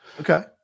Okay